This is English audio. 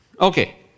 Okay